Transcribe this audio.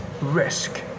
risk